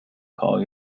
call